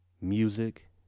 music